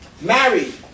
Married